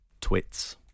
twits